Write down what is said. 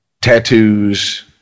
tattoos